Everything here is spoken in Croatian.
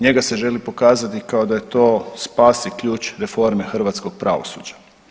Njega se želi pokazati kao da je to spasi ključ reforme hrvatskog pravosuđa.